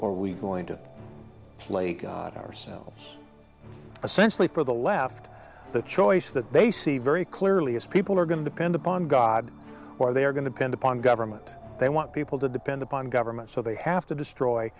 or are we going to play god ourselves essentially for the left the choice that they see very clearly as people are going to depend upon god or they are going to bend upon government they want people to depend upon government so they have to destroy